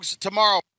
Tomorrow